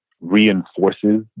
reinforces